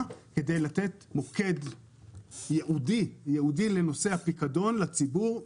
כדי לתת מוקד ייעודי לנושא הפיקדון לציבור.